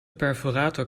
perforator